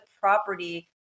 property